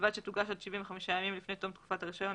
ובלבד שתוגש עד 75 ימים לפני תום תקופת הרישיון,